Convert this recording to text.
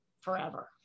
forever